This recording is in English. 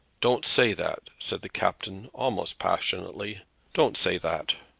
don't say that, said the captain, almost passionately don't say that.